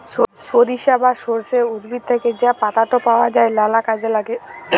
সরিষা বা সর্ষে উদ্ভিদ থ্যাকে যা পাতাট পাওয়া যায় লালা কাজে ল্যাগে